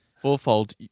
Fourfold